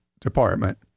department